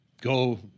go